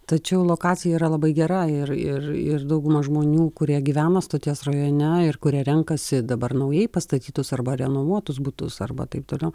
tačiau lokacija yra labai gera ir ir ir dauguma žmonių kurie gyvena stoties rajone ir kurie renkasi dabar naujai pastatytus arba renovuotus butus arba taip toliau